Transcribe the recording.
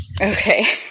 okay